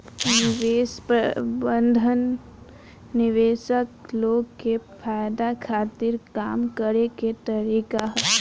निवेश प्रबंधन निवेशक लोग के फायदा खातिर काम करे के तरीका ह